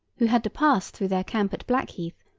who had to pass through their camp at blackheath,